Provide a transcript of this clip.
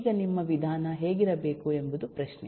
ಈಗ ನಿಮ್ಮ ವಿಧಾನ ಹೇಗಿರಬೇಕು ಎಂಬುದು ಪ್ರಶ್ನೆ